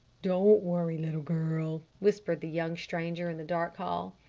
don't worry, little girl, whispered the young stranger in the dark hall.